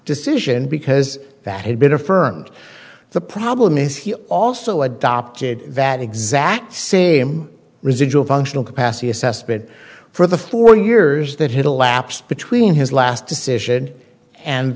decision because that had been affirmed the problem is he also adopted that exact same residual functional capacity assessment for the four years that had elapsed between his last decision and